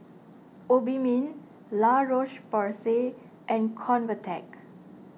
Obimin La Roche Porsay and Convatec